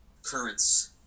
currents